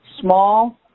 small